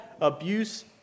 abuse